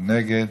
מי נגד